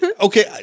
okay